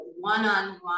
one-on-one